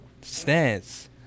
stance